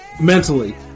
mentally